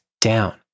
down